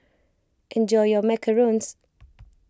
enjoy your Macarons